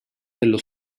dello